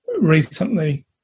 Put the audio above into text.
recently